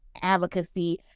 advocacy